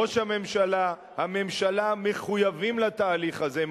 ראש הממשלה, הממשלה, מחויבים לתהליך הזה.